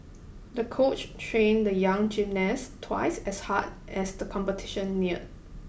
the coach trained the young gymnast twice as hard as the competition neared